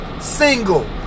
single